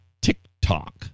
TikTok